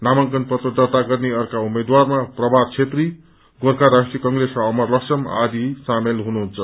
नामांकन पत्र दर्ता गर्ने अर्का उम्मेद्वारमा प्रभात छेत्री गोर्खा राष्ट्रीय कंप्रेसका अमर लक्षम आदि हुनुहुन्छ